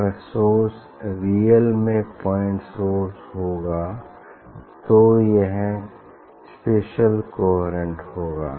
अगर source real में point source होगा तो यह स्पेसिअल कोहेरेंट होगा